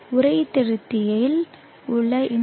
உரை திருத்தியில் உள்ள insolation